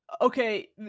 okay